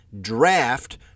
draft